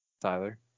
Tyler